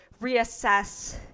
reassess